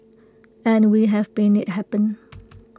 and we have been IT happen